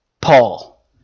Paul